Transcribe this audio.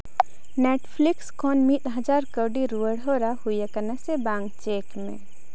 Netflix ᱠᱷᱚᱱ ᱢᱤᱫ ᱦᱟᱡᱟᱨ ᱠᱟᱹᱣᱰᱤ ᱨᱩᱣᱟᱹᱲ ᱦᱚᱨᱟ ᱦᱩᱭᱟᱠᱟᱱᱟ ᱥᱮ ᱵᱟᱝ ᱪᱮᱠ ᱢᱮ